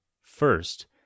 First